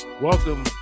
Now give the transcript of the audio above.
Welcome